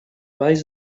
valls